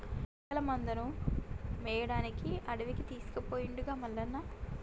మేకల మందను మేపడానికి అడవికి తీసుకుపోయిండుగా మల్లన్న